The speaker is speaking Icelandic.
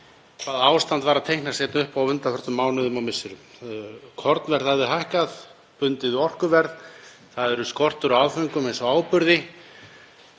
Þetta er allt saman umræða sem við höfum áður tekið í þessum sal og brugðist við með ákveðnum hætti. En það eru fleiri breytur þarna úti eins og bara t.d. það að Kína ákvað að